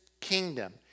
kingdom